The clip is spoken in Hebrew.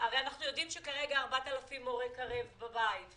אנחנו יודעים שכרגע 4,000 מורי קרב בבית,